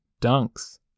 dunks